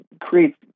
creates